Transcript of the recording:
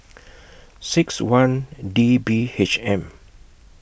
six one D B H M